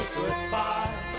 goodbye